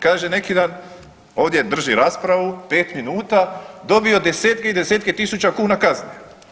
Kaže neki dan ovdje drži raspravu pet minuta dobio desetke i desetke tisuća kuna kazne.